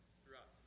throughout